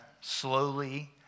slowly